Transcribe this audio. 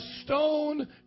stone